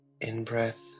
in-breath